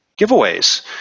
giveaways